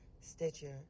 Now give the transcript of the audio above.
Stitcher